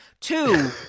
Two